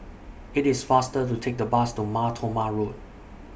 IT IS faster to Take The Bus to Mar Thoma Road